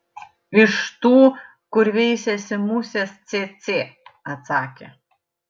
iš tų kur veisiasi musės cėcė atsakė